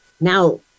now